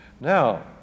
Now